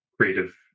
creative